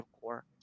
core